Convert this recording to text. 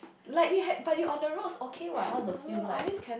like you have but you on the roads okay what how to feel like